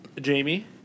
Jamie